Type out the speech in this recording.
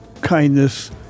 kindness